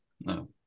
no